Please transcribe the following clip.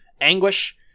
Anguish